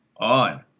on